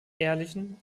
ehrlichen